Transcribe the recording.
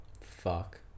Fuck